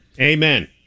Amen